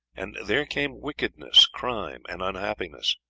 and there came wickedness, crime, and unhappiness.